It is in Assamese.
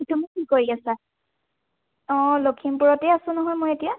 তুমি কি কৰি আছা অঁ লখিমপুৰতেই আছোঁ নহয় মই এতিয়া